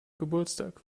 geburtstag